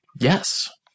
Yes